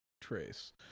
trace